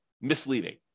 misleading